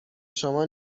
شما